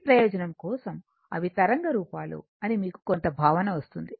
మీ ప్రయోజనం కోసం అవి తరంగ రూపాలు అని మీకు కొంత భావన వస్తుంది